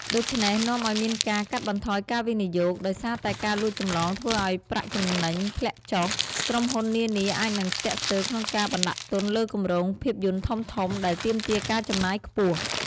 ដូច្នេះនាំឲ្យមានការ កាត់បន្ថយការវិនិយោគ ដោយសារតែការលួចចម្លងធ្វើឱ្យប្រាក់ចំណេញធ្លាក់ចុះ ក្រុមហ៊ុននានាអាចនឹងស្ទាក់ស្ទើរក្នុងការបណ្ដាក់ទុនលើគម្រោងភាពយន្តធំៗ ដែលទាមទារការចំណាយខ្ពស់។